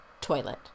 toilet